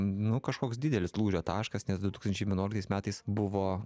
nu kažkoks didelis lūžio taškas nes du tūkstančiai vienuoliktais metais buvo